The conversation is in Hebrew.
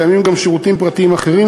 קיימים שירותים "פרטיים" אחרים,